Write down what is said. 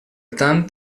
tant